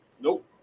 Nope